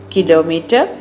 Kilometer